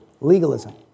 legalism